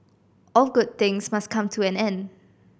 all good things must come to an end